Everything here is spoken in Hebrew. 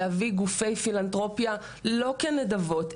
להביא אנשי פילנתרופיה לא כנדבות,